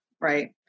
Right